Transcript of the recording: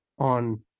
on